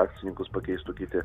akcininkus pakeistų kiti